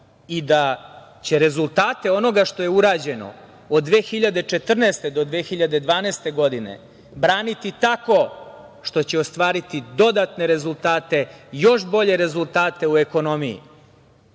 i da će rezultate onoga što je urađeno od 2014. do 2012. godine braniti tako što će ostvariti dodatne rezultate, još bolje rezultate u ekonomiji,